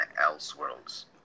Elseworlds